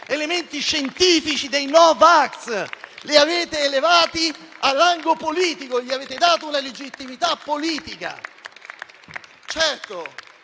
elementi scientifici*;* li avete elevati a rango politico, gli avete dato la legittimità politica!